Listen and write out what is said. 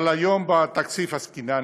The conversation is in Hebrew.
אבל היום בתקציב עסקינן,